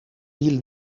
îles